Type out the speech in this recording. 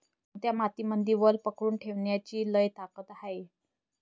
कोनत्या मातीमंदी वल पकडून ठेवण्याची लई ताकद हाये?